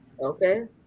Okay